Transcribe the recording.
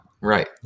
Right